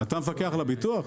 אתה המפקח על הביטוח?